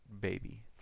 baby